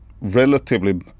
relatively